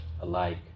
alike